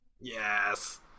Yes